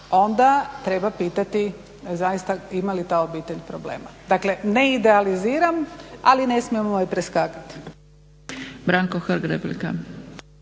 onda treba pitati zaista ima li ta obitelj problema. Dakle ne idealiziram ali ne smijemo je preskakati.